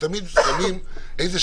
תמיד אנחנו שמים מדרגות.